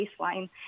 baseline